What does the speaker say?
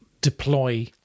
deploy